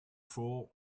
for